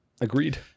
agreed